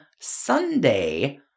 Sunday